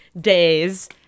days